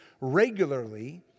regularly